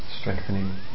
strengthening